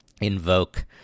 invoke